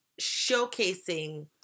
showcasing